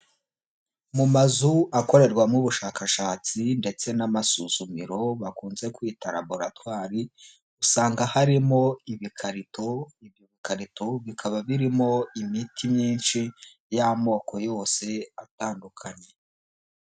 Mu mazu akorerwamo ubushakashatsi ndetse n'amasuzumero bakunze kwita raboratwari usanga harimo ibikarito, ibi bikarito bikaba birimo imiti myinshi y'amoko yose atandukanye.